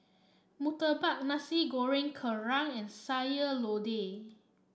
murtabak Nasi Goreng Kerang and Sayur Lodeh